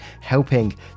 helping